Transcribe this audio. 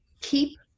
keep